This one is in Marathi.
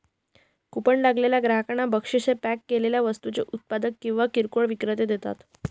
कुपन लागलेल्या ग्राहकांना बक्षीस हे पॅक केलेल्या वस्तूंचे उत्पादक किंवा किरकोळ विक्रेते देतात